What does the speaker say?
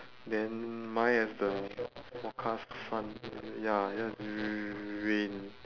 then mine has the forecast sun ya yours is rain